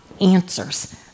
answers